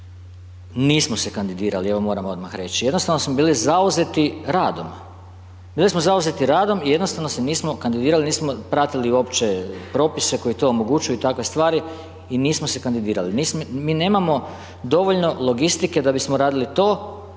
nismo se kandidirali, evo, moram odmah reći, jednostavno smo bili zauzeti radom, bili smo zauzeti radom i jednostavno se nismo kandidirali, nismo pratili uopće propise koji to omogućuju i takve stvari i nismo se kandidirali. Mi nemamo dovoljno logistike, da bismo radili to,